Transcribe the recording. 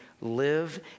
live